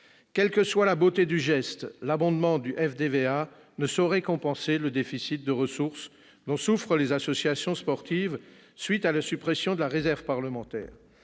Quelle que soit la beauté du geste, l'abondement du FDVA ne saurait compenser le déficit de ressources dont souffrent les associations sportives à cause de la suppression de la réserve parlementaire.